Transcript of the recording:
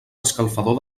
escalfador